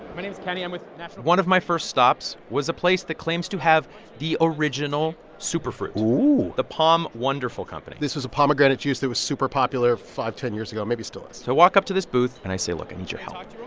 my name's kenny um one of my first stops was a place that claims to have the original superfruit. oooh. the pom wonderful company this was a pomegranate juice that was super popular five ten years ago maybe still is so i walk up to this booth. and i say, look, i need your help.